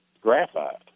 graphite